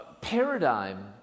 paradigm